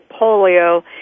polio